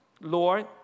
Lord